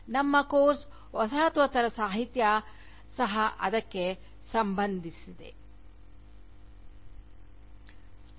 ನಮ್ಮ ಕೋರ್ಸ್ ವಸಾಹತೋತ್ತರ ಸಾಹಿತ್ಯ ಸಹ ಅದಕ್ಕೆ ಸಂಬಂಧಿಸಿದ್ದಾಗಿದೆ